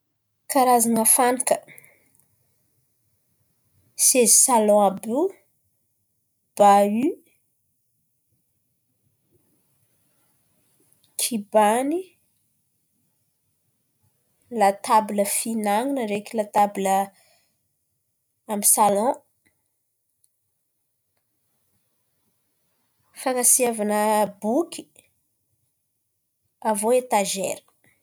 Karazan̈a fan̈aka? Sezy salon àby io, baho, kibany, latabla fihinan̈ana ndraiky latabla amin'ny salon. Fan̈asiavan̈a boky, avy eo etazera.